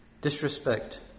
disrespect